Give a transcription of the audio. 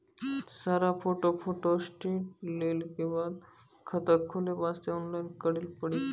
सारा photo photostat लेल के बाद खाता खोले वास्ते ऑनलाइन करिल पड़ी?